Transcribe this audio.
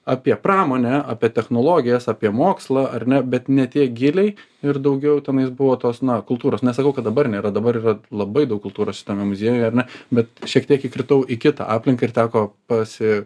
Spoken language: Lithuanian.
apie pramonę apie technologijas apie mokslą ar ne bet ne tiek giliai ir daugiau tenais buvo tos na kultūros nesakau kad dabar nėra dabar yra labai daug kultūros šitame tame muziejuje ar ne bet šiek tiek įkritau į kitą aplinką ir teko pasi